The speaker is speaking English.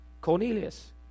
Cornelius